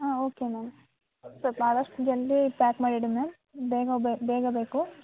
ಹಾಂ okay ma'am ಸ್ವಲ್ಪ ಆದಷ್ಟು ಜಲ್ದಿ ಪ್ಯಾಕ್ ಮಾಡು ಇಡಿ ಮ್ಯಾಮ್ ಬೇಗ ಬೇಗ ಬೇಕು